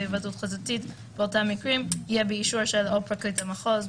היוועדות חזותית באותם מקרים תהיה באישור של פרקליט המחוז,